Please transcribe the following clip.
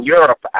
Europe